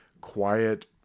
quiet